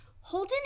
Holden